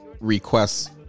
requests